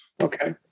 Okay